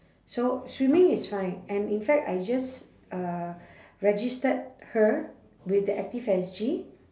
so swimming is fine and in fact I just uh registered her with the active S_G